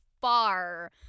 far